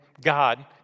God